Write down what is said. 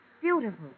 beautiful